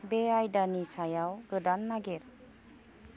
बे आयदानि सायाव गोदान नागिर